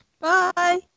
bye